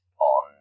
on